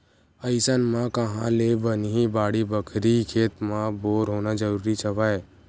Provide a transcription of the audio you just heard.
अइसन म काँहा ले बनही बाड़ी बखरी, खेत म बोर होना जरुरीच हवय